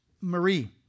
Marie